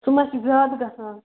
سُہ ما چھُ زیادٕ گَژھان